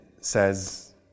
says